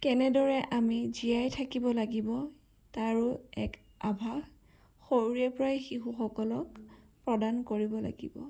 কেনেদৰে আমি জীয়াই থাকিব লাগিব তাৰো এক আভাস সৰুৰেপৰাই শিশুসকলক প্ৰদান কৰিব লাগিব